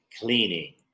cleaning